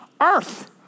Earth